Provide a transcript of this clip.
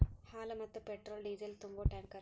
ಹಾಲ, ಮತ್ತ petrol diesel ತುಂಬು ಟ್ಯಾಂಕರ್